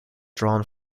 drawn